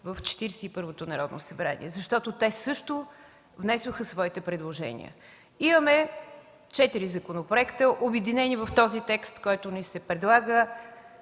първото Народно събрание, защото те също внесоха своите предложения. Имаме четири законопроекта, обединени в този текст, който ни се предлага,